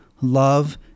love